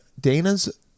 Dana's